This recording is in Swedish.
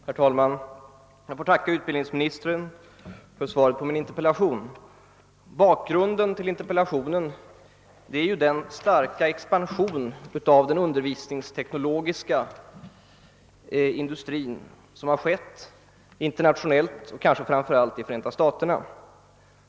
Herr talman! Jag får tacka utbildningsministern för svaret på min interpellation. Bakgrunden till interpellationen är den starka expansion av den undervisningsteknologiska industrin som skett, internationellt och kanske framför allt i Förenta staterna.